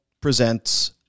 presents